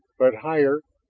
but higher,